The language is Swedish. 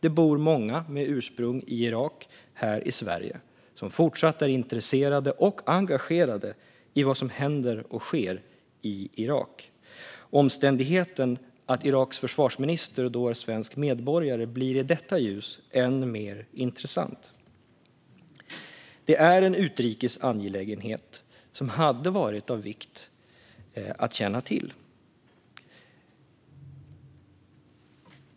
Det bor många med ursprung i Irak här i Sverige som är fortsatt är intresserade av och engagerade i vad som händer och sker i Irak. Omständigheten att Iraks försvarsminister är svensk medborgare blir i detta ljus än mer intressant. Det är en utrikes angelägenhet som hade varit av vikt att känna till.